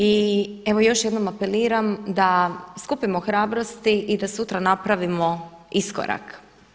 I evo, još jednom apeliram da skupimo hrabrosti i da sutra napravimo iskorak.